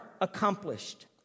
accomplished